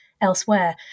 elsewhere